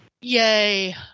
Yay